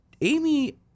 Amy